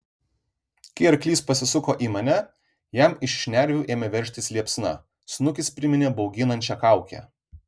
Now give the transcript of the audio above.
kai arklys pasisuko į mane jam iš šnervių ėmė veržtis liepsna snukis priminė bauginančią kaukę